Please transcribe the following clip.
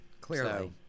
clearly